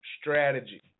strategy